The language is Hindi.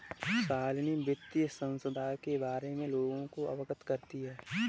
शालिनी वित्तीय संस्थाएं के बारे में लोगों को अवगत करती है